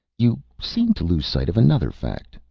you seem to lose sight of another fact,